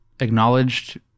acknowledged